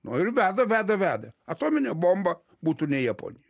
nu ir veda veda veda atominė bomba būtų ne japonijoj